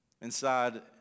inside